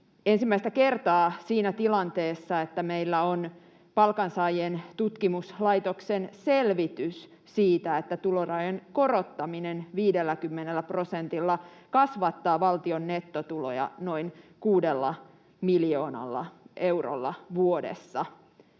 ensimmäistä kertaa siinä tilanteessa, että meillä on Palkansaajien tutkimuslaitoksen selvitys siitä, että tulorajojen korottaminen 50 prosentilla kasvattaa valtion nettotuloja noin 6 miljoonalla eurolla vuodessa,